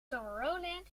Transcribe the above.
tomorrowland